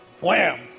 wham